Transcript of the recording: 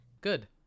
Good